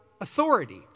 authority